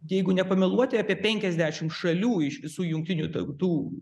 jeigu nepameluoti apie penkiasdešim šalių iš visų jungtinių tautų